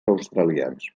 australians